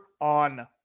on